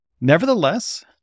Nevertheless